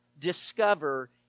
discover